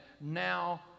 now